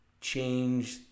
change